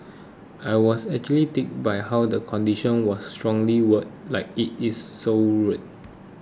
I was actually tickled by how the condition was strongly worded like it is so rude